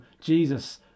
Jesus